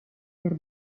per